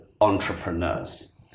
entrepreneurs